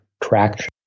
traction